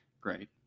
Great